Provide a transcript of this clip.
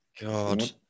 God